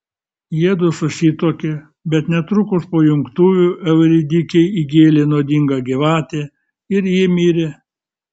jiedu susituokė bet netrukus po jungtuvių euridikei įgėlė nuodinga gyvatė ir ji mirė